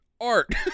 art